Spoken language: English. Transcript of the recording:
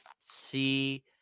see